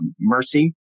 Mercy